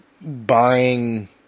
buying